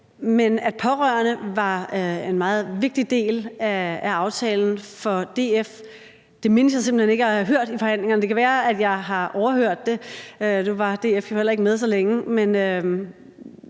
men at pårørende var en meget vigtig del af aftalen for DF, mindes jeg simpelt hen ikke at have hørt i forhandlingerne. Det kan være, jeg har overhørt det; nu var DF jo heller ikke med så længe.